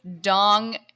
Dong